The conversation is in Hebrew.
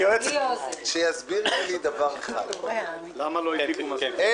אני חוזר שוב על דבריי ואני אומר שאני מתייחס עניינית לבקשה.